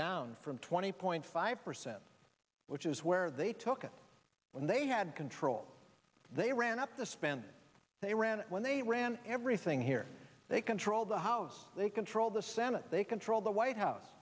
down from twenty point five percent which is where they took it when they had control they ran up the spending they ran when they ran everything here they controlled the house they controlled the senate they controlled the white house